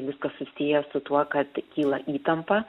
viskas susiję su tuo kad kyla įtampa